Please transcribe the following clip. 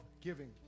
giving